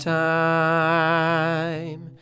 time